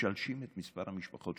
משלשים את מספר המשפחות.